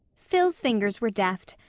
phil's fingers were deft,